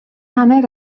hanner